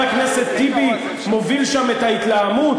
וחבר הכנסת טיבי מוביל שם את ההתלהמות?